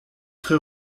très